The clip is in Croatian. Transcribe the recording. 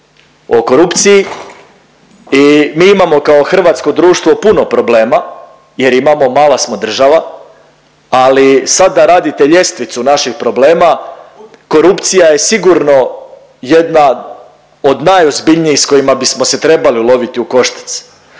o korupciji i mi imamo kao hrvatsko društvo puno problema jer imamo, mala smo država, ali sad da radite ljestvicu naših problema korupcija je sigurno jedna od najozbiljnijih s kojima bismo se trebali loviti u koštac.